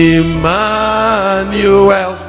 Emmanuel